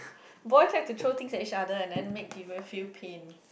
boys have to throw things at each other and then to make people feel pain